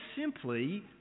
simply